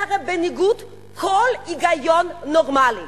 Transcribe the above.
הרי זה בניגוד לכל היגיון נורמלי.